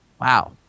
wow